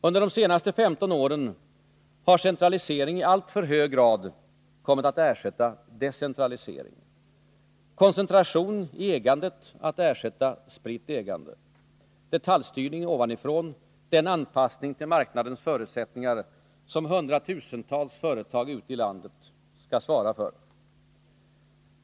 Under de senaste 15 åren har centralisering i alltför hög grad kommit att ersätta decentralisering, koncentration i ägandet att ersätta ett spritt ägande, detaljstyrning ovanifrån den anpassning till marknadens förutsättningar som hundratusentals företag ute i landet skall svara för.